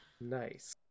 Nice